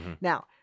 Now